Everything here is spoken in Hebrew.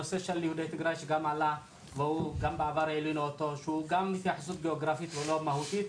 נושא של יהודי תיגראי שגם עלה שהוא גם בהתייחסות גאוגרפית ולא מהותית.